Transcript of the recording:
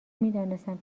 میدانستم